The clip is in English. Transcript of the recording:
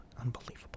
Unbelievable